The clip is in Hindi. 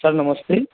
सर नमस्ते